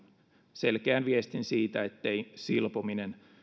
selkeän viestin siitä ettei silpominen